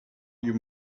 you